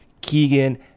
Keegan